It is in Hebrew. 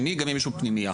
גם אם הוא פנימייה.